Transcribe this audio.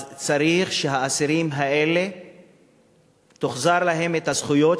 אז צריך שהאסירים האלה יוחזרו להם הזכויות